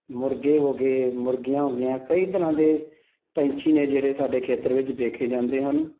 ਮੁਰਗੇ ਹੋ ਗਏ ਮੁਰਗੀਆਂ ਹੋ ਗਈਆਂ ਕਈ ਤਰ੍ਹਾਂ ਦੇ ਪੰਛੀ ਨੇ ਜਿਹੜੇ ਸਾਡੇ ਖੇਤਰ ਵਿੱਚ ਵੇਖੇ ਜਾਂਦੇ ਹਨ